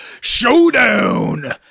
showdown